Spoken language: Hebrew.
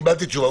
קיבלתי תשובה.